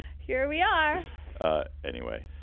here we are anyway,